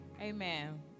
Amen